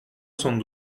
cent